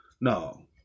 No